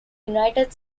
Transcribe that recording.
united